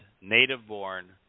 Native-born